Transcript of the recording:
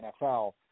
NFL